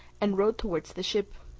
and rowed towards the ship.